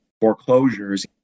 foreclosures